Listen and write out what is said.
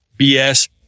bs